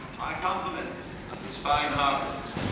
my compliments on this fine harvest.